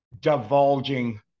divulging